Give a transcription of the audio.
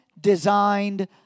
designed